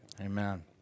Amen